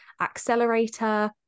accelerator